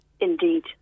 Indeed